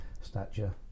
stature